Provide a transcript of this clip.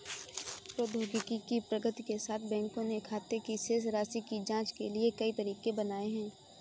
प्रौद्योगिकी की प्रगति के साथ, बैंकों ने खाते की शेष राशि की जांच के लिए कई तरीके बनाए है